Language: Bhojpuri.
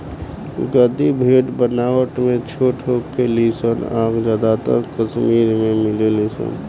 गद्दी भेड़ बनावट में छोट होखे ली सन आ ज्यादातर कश्मीर में मिलेली सन